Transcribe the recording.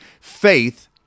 faith